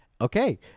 okay